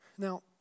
Now